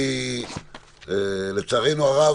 לצערנו הרב,